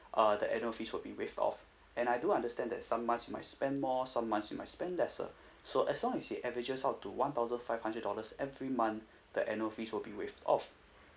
uh the annual fees will be waived off and I do understand that some months might spend more some months might spend lesser so as long as it averages out to one thousand five hundred dollars every month the annual fees will be waived off